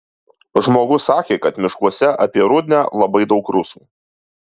žmogus sakė kad miškuose apie rudnią labai daug rusų